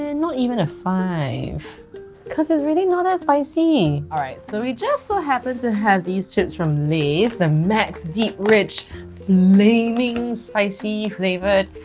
and not even a five because it's really not that spicy. all right so we just so happened to have these chips from lays, the maxx deep ridged flaming spicy flavoured,